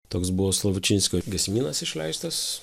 toks buvo slavučinskio giesmynas išleistas